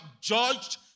judged